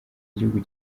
igihugu